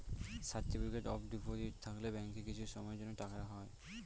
certificate of deposit থাকলে ব্যাঙ্কে কিছু সময়ের জন্য টাকা রাখা হয়